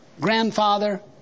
grandfather